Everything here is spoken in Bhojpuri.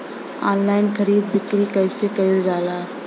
आनलाइन खरीद बिक्री कइसे कइल जाला?